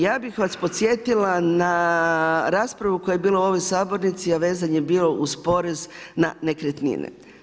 Ja bih vas podsjetila na raspravu koja je bila u ovoj sabornici a vezano je bilo uz porez na nekretnine.